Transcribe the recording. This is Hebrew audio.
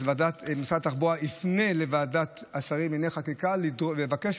אז משרד התחבורה יפנה לוועדת השרים לענייני חקיקה לבקש